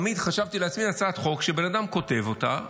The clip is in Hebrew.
תמיד חשבתי לעצמי שזאת הצעת חוק שבן אדם כותב אותה